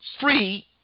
free